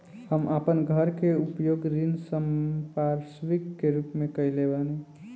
हम आपन घर के उपयोग ऋण संपार्श्विक के रूप में कइले बानी